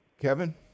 Kevin